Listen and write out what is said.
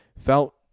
felt